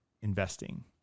investing